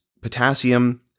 potassium